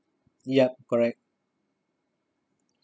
yup correct